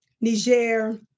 Niger